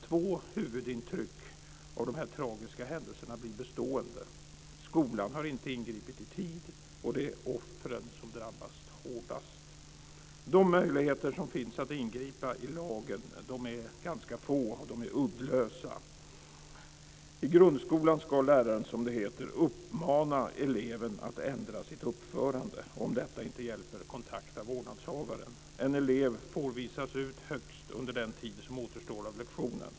Två huvudintryck av dessa tragiska händelser blir bestående; skolan har inte ingripit i tid och det är offren som drabbats hårdast. De möjligheter att ingripa som finns i lagen är ganska få och de är uddlösa. I grundskolan ska läraren, som det heter, uppmana eleven att ändra sitt uppförande och, om detta inte hjälper, kontakta vårdnadshavaren. En elev får visas ut högst under den tid som återstår av lektionen.